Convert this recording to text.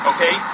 Okay